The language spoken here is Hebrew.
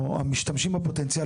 או המשתמשים בפוטנציאל,